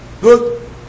Good